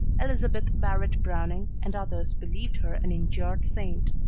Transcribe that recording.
elizabeth barrett browning and others believed her an injured saint.